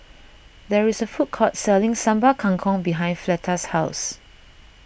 there is a food court selling Sambal Kangkong behind Fleta's house